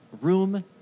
room